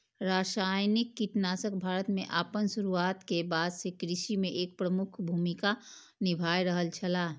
रासायनिक कीटनाशक भारत में आपन शुरुआत के बाद से कृषि में एक प्रमुख भूमिका निभाय रहल छला